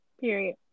Period